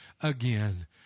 again